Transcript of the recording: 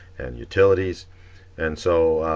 and utilities and so